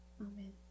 Amen